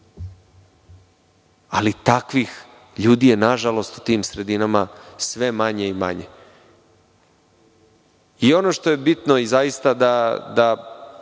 Takvih ljudi je nažalost u tim sredinama sve manje i manje. Ono što je bitno i zaista da